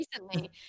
recently